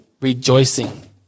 rejoicing